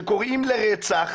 שקוראים לרצח.